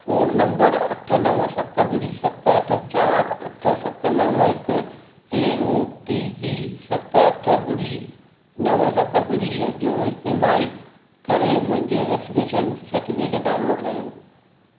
phone number नव सत ॿुड़ी सत अठ चार अठ सत नव हिकु ऐ ओ टी पी सत अठ ॿुड़ी सत ॿुड़ी जो इस्तेमाल करे मुंहिंजो वैक्सीनेशन सर्टिफिकेट डाउनलोड कर्यो